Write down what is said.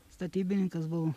statybininkas buvau